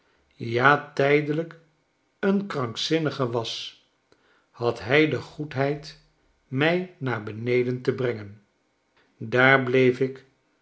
ja tydelljk een krankzinnige was had hij degoedheid mij naar beneden te brengen daar bleef ik